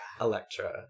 Electra